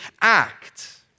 act